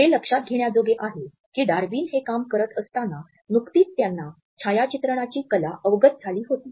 हे लक्षात घेण्याजोगे आहे की डार्विन हे काम करत असताना नुकतीच त्यांना छायाचित्रणाची कला अवगत झाली होती